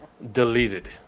Deleted